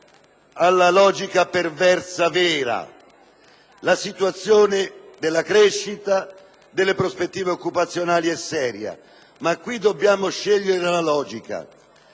vera logica perversa. La situazione della crescita e delle prospettive occupazionali è seria, ma qui dobbiamo scegliere la logica: